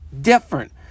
different